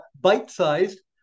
bite-sized